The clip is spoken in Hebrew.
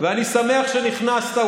ואני שמח שנכנסת.